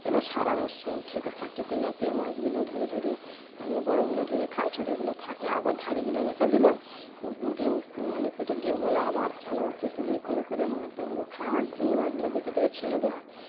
এবার সারা মাশরুম খেতে থাকি তেলাপিয়া মাছগুলো ধরে ধরে মানে বড়গুলো ধরে খায় ছোটগুলো থাকে আবার ধাড়িগুলো রেখে দিলাম ডিম মানে পেটে ডিম হলেো আবার ছানা বাচ্চা তুলেই করে করে ম তাাগুলো খাওয়া হয় মেয়ে মাছগুলো দেখে দেখে ছেড়ে দেওয়া হয়